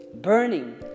burning